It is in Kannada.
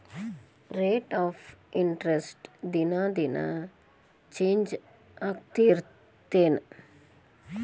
ರೇಟ್ ಆಫ್ ಇಂಟರೆಸ್ಟ್ ದಿನಾ ದಿನಾ ಚೇಂಜ್ ಆಗ್ತಿರತ್ತೆನ್